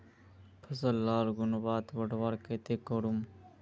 फसल लार गुणवत्ता बढ़वार केते की करूम?